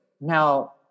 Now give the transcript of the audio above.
Now